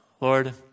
Lord